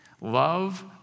love